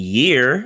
year